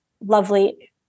lovely